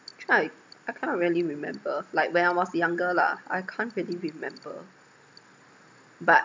actually I I can't really remember like when I was younger lah I can't really remember but